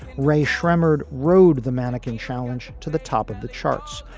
ray schreibman rode the mannequin challenge to the top of the charts,